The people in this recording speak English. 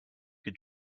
can